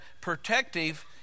protective